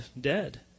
dead